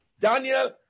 Daniel